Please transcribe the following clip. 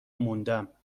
موندم